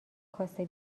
کاسه